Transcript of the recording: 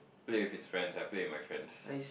play with his friends I play with my friends